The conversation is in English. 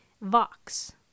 Vox